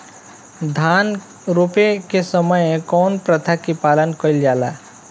धान रोपे के समय कउन प्रथा की पालन कइल जाला?